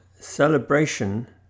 celebration